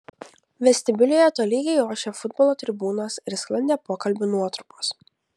vestibiulyje tolygiai ošė futbolo tribūnos ir sklandė pokalbių nuotrupos